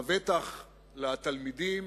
בטח לתלמידים,